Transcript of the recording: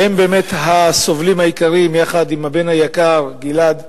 שהם באמת הסובלים העיקריים, יחד עם הבן היקר גלעד,